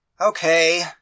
Okay